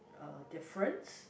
uh difference